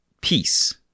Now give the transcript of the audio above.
peace